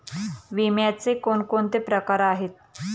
विम्याचे कोणकोणते प्रकार आहेत?